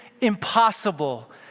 impossible